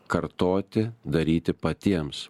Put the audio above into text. kartoti daryti patiems